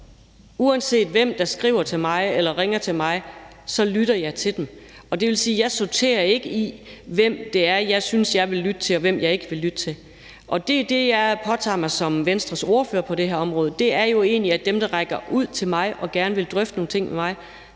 lytter. Uanset hvem der skriver til mig eller ringer til mig, lytter jeg til dem. Det vil sige, at jeg ikke sorterer i, hvem det er, jeg synes jeg vil lytte til, og hvem jeg ikke vil lytte til. Og det er det, jeg påtager mig som Venstres ordfører på det her område – det er jo egentlig, at dem, der rækker ud til mig og gerne vil drøfte nogle ting med mig,